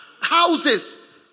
houses